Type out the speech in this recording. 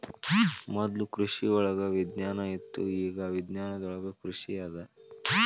ಮೊದ್ಲು ಕೃಷಿವಳಗ ವಿಜ್ಞಾನ ಇತ್ತು ಇಗಾ ವಿಜ್ಞಾನದೊಳಗ ಕೃಷಿ ಅದ